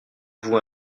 vous